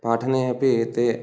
पाठने अपि ते